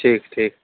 ٹھیک ٹھیک